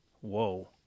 Whoa